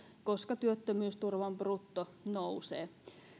koska työttömyysturvan brutto nousee